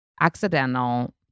accidental